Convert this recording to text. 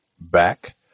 back